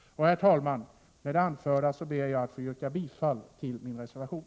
Herr talman! Med det anförda ber jag att få yrka bifall till min reservation.